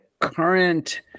current